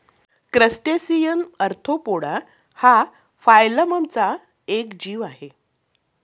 crustacean arthropoda हा फायलमचा एक जीव आहे